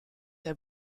der